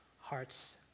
hearts